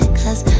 cause